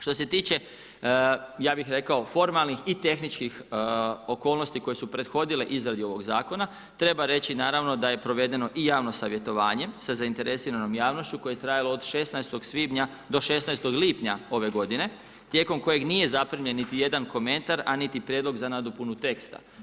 Što se tiče, ja bih rekao, formalnih i tehničkih okolnosti koje su prethodile izradi ovog zakona, treba reći naravno da je provedeno i javno savjetovanje sa zainteresiranom javnošću koje je trajalo od 16. svibnja do 16. lipnja ove godine tijekom kojeg nije zaprimljen niti jedan komentar a niti prijedlog za nadopunu teksta.